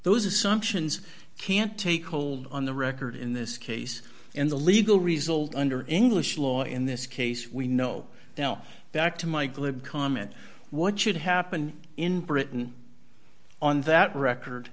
those assumptions can't take hold on the record in this case in the legal result under english law in this case we know now back to my glib comment what should happen in britain on that record